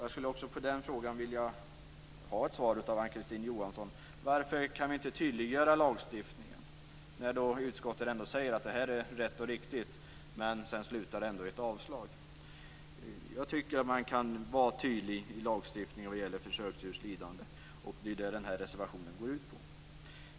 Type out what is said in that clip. Jag skulle också i den frågan vilja ha ett svar av Ann-Kristine Johansson: Varför kan vi inte tydliggöra lagstiftningen? Utskottet säger ju att det är rätt men slutar ändå i ett avslagsyrkande. Jag tycker att man kan vara tydlig i lagstiftningen vad gäller försöksdjurs lidande. Det är det som den här reservationen går ut på.